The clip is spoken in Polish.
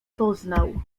poznał